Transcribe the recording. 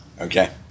Okay